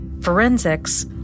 Forensics